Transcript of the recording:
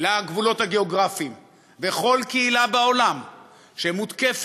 לגבולות הגיאוגרפיים, וכל קהילה בעולם שמותקפת,